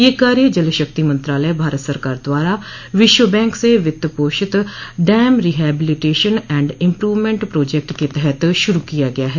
यह कार्य जल शक्ति मंत्रालय भारत सरकार द्वारा विश्व बैंक से वित्त पोषित dam rehabilitation and improvement project के तहत शुरू किया गया है